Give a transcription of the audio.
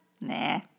Nah